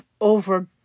over